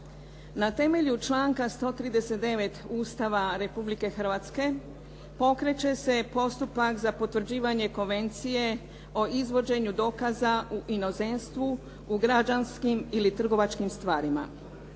Na temelju članka 139. Ustava Republike Hrvatske pokreće se postupak za potvrđivanje Konvencije o izvođenju dokaza u inozemstvu u građanskim ili trgovačkim stvarima.